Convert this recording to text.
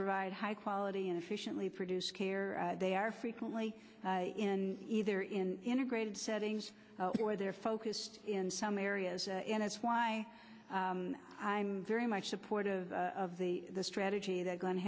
provide high quality and efficiently produce care they are frequently in either in integrated settings where they're focused in some areas and it's why i'm very much supportive of the strategy that glen